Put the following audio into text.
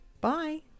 bye